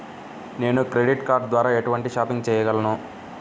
నేను credit card ద్వార ఎటువంటి షాపింగ్ చెయ్యగలను?